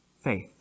Faith